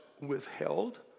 withheld